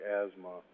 asthma